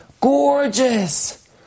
gorgeous